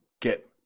get